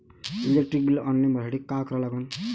Electric bill online भरासाठी का करा लागन?